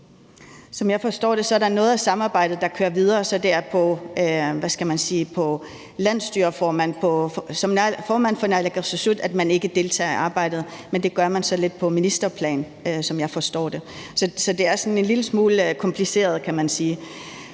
Som jeg forstår det, er der noget af samarbejdet, der kører videre, så det er som formand for naalakkersuisut, at man ikke deltager i arbejdet, men det gør man så lidt på ministerplan, som jeg forstår det. Så det er sådan en lille smule kompliceret, kan man sige.